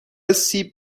سیب